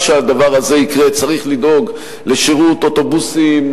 שהדבר הזה יקרה צריך לדאוג לשירות אוטובוסים,